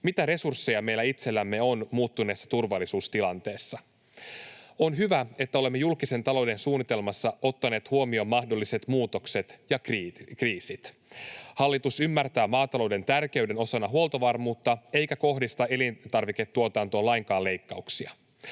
mitä resursseja meillä itsellämme on muuttuneessa turvallisuustilanteessa. On hyvä, että olemme julkisen talouden suunnitelmassa ottaneet huomioon mahdolliset muutokset ja kriisit. Hallitus ymmärtää maatalouden tärkeyden osana huoltovarmuutta eikä kohdista elintarviketuotantoon lainkaan leikkauksia.